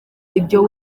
ibyo